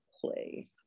play